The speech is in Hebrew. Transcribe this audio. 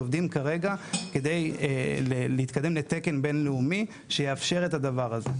עובדים כרגע כדי להתקדם לתקן בין-לאומי שיאפשר את הדבר הזה.